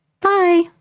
Bye